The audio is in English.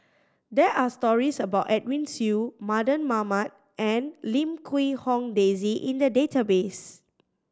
there are stories about Edwin Siew Mardan Mamat and Lim Quee Hong Daisy in the database